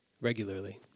regularly